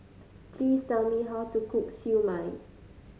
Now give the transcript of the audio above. please tell me how to cook Siew Mai